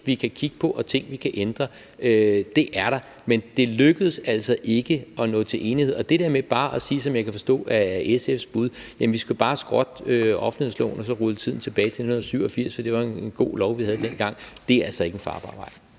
vi kan kigge på, og ting, vi kan ændre. Det er der, men det lykkedes altså ikke at nå til enighed. Og det der med bare at sige, som jeg kan forstå er SF's bud, at vi bare skal skrotte offentlighedsloven og så rulle tiden tilbage til 1987, fordi det var en god lov, vi havde dengang, er altså ikke en farbar vej.